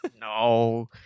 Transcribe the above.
No